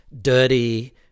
dirty